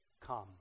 come